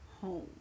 home